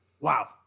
Wow